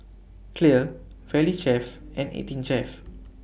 Clear Valley Chef and eighteen Chef